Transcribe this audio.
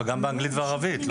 אבל גם באנגלית וערבית.